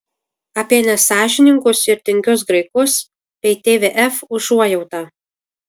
apie nesąžiningus ir tingius graikus bei tvf užuojautą